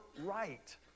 right